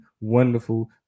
wonderful